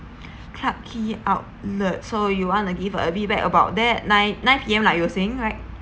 clarke quay outlet so you want to give a feedback about that nine nine P_M like you were saying right